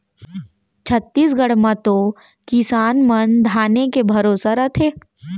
छत्तीसगढ़ म तो किसान मन धाने के भरोसा रथें